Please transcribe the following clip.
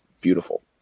beautiful